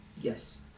Yes